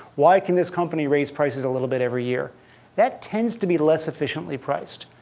why can this company raise prices a little bit every year that tends to be less efficiently priced.